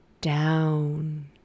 down